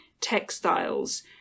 textiles